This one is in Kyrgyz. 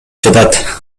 жатат